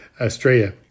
Australia